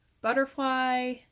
butterfly